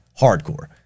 hardcore